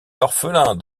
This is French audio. l’orphelin